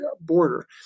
border